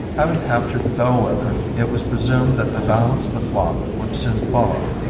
having captured the bell wether it was presumed that the balance of the flock would soon follow,